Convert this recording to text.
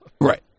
right